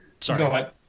Sorry